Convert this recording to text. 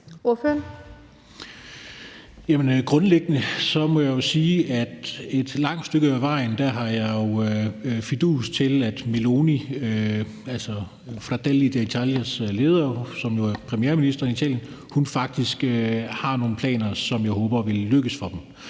Grundlæggende må jeg sige at jeg et langt stykke af vejen har fidus til Meloni, altså Fratelli d'Italias leder, som jo er premierminister i Italien. Hun har faktisk har nogle planer, som jeg håber vil lykkes for dem.